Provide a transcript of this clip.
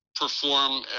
perform